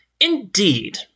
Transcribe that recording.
Indeed